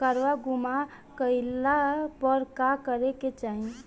काडवा गुमा गइला पर का करेके चाहीं?